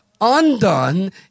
undone